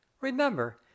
Remember